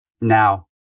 Now